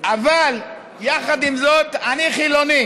אבל יחד עם זאת, אני חילוני.